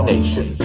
Nation